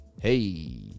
Hey